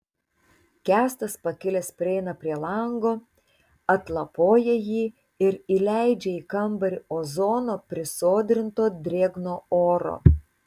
kęstas pakilęs prieina prie lango atlapoja jį ir įleidžia į kambarį ozono prisodrinto drėgno oro